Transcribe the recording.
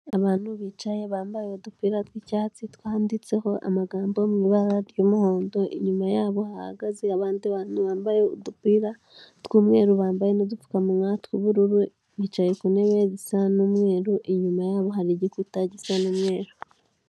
Abantu bicaye bambaye udupira tw'icyatsi twanditseho amagambo mu ibara ry'umuhondo inyuma yabo hagaze abandi bantu bambaye udupira tw'umweru bambaye n'udupfukamunwa tw'ubururu, bicaye ku ntebe zisa n'umweru inyuma yabo hari igikuta gisa n'umweru